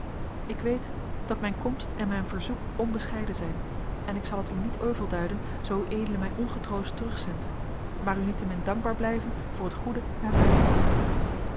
ik weet dat mijn komst en mijn verzoek onbescheiden zijn en ik zal het u niet euvel duiden zoo ued mij ongetroost terugzendt maar u niettemin dankbaar blijven voor het goede mij bewezen